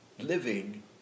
living